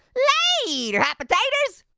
later hot potaters.